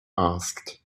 asked